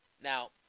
Now